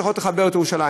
צריכות לחבר את ירושלים.